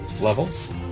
levels